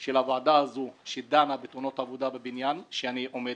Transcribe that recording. של וועדה זו שדנה בתאונות עבודה ובניין שבראשה אני עומד